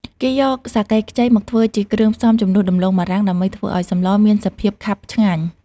គេយកសាកេខ្ចីមកធ្វើជាគ្រឿងផ្សំជំនួសដំឡូងបារាំង ដើម្បីធ្វើឱ្យសម្លមានសភាពខាប់ឆ្ងាញ់។